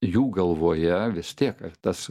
jų galvoje vis tiek tas